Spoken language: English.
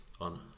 on